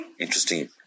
interesting